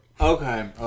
Okay